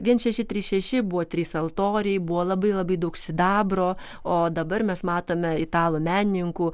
vien šeši trys šeši buvo trys altoriai buvo labai labai daug sidabro o dabar mes matome italų menininkų